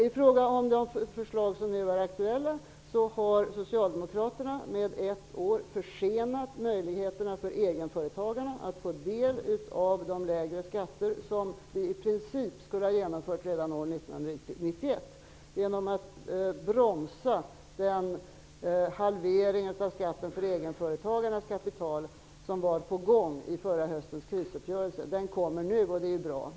I fråga om de förslag som nu är aktuella har socialdemokraterna försenat möjligheterna för egenföretagarna att få del av de lägre skatter som vi i princip skulle ha genomfört redan 1990/91 med ett år. Det har de gjort genom att bromsa den halvering av skatten för egenföretagarnas kapital som var på gång i förra höstens krisuppgörelse. Denna halvering kommer nu, och det är bra.